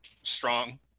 strong